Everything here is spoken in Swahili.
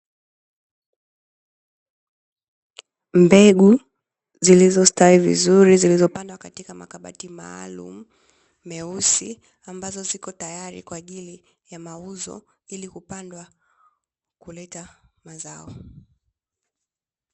Mbegu zilizostawi vizuri, zilizopandwa katika makabati maalumu meusi, ambazo zipo tayari kwa ajili mauzo ili kupandwa kuleta mazao.